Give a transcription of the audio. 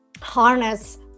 harness